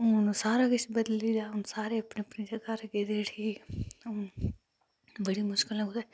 हून सारा किश बदली दा सारे अपने अपने घर गेदे उठी बड़ी मुश्किलें ते कुतै